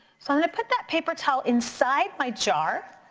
so i'm gonna put that paper towel inside my jar,